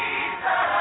Jesus